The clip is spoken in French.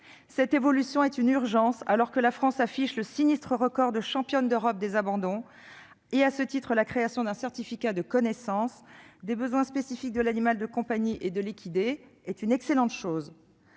Cette évolution est une urgence, alors que la France affiche le sinistre record de championne d'Europe des abandons, et, à ce titre, la création d'un certificat de connaissance des besoins spécifiques des animaux de compagnie et des équidés est une excellente chose.